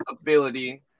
ability